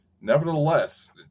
nevertheless